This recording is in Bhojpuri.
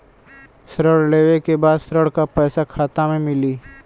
ऋण लेवे के बाद ऋण का पैसा खाता में मिली?